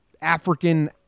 African